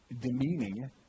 demeaning